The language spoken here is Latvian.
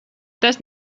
tas